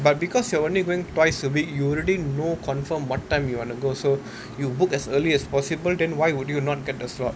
but because you are only going twice a week you'll already know confirm what time you want to go so you book as early as possible then why would you not get the slot